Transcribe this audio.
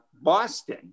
Boston